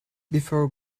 before